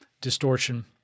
distortion